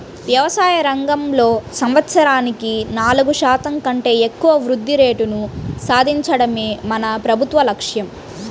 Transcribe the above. వ్యవసాయ రంగంలో సంవత్సరానికి నాలుగు శాతం కంటే ఎక్కువ వృద్ధి రేటును సాధించడమే మన ప్రభుత్వ లక్ష్యం